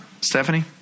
Stephanie